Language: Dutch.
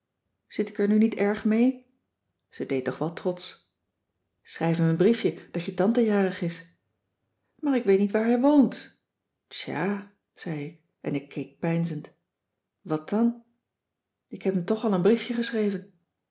zit ik er nu niet erg mee ze deed toch wel trotsch schrijf hem een briefje dat je tante jarig is maar ik weet niet waar hij woont tjaa zei ik en ik keek peinzend wat dan ik heb hem toch al een briefje geschreven